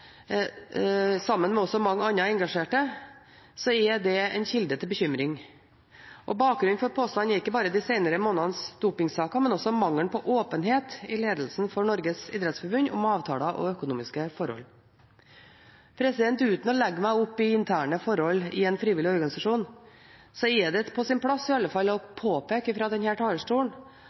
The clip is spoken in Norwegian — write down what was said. også mange andre engasjerte, er det en kilde til bekymring. Bakgrunnen for påstanden er ikke bare de senere månedenes dopingsaker, men også mangelen på åpenhet i ledelsen av Norges idrettsforbund om avtaler og økonomiske forhold. Uten å legge meg opp i interne forhold i en frivillig organisasjon er det i alle fall på sin plass å påpeke fra denne talerstolen